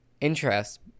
interest